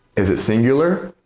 is it singular?